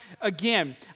again